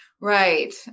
Right